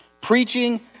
preaching